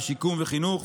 בשיקום וחינוך,